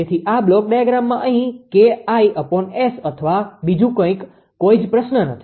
તેથી આ બ્લોક ડાયાગ્રામમાં અહીં 𝐾𝑖𝑆 અથવા બીજું કંઇક કોઈ જ પ્રશ્ન નથી